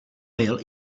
byl